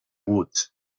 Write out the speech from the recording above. woods